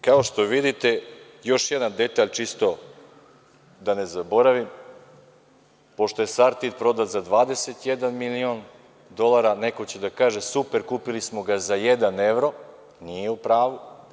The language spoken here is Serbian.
Kao što vidite, još jedan detalj, čisto da ne zaboravim, pošto je „Sartid“ prodat za 21 milion dolara, neko će da kaže – super, kupili smo ga za jedan evro, nije u pravu.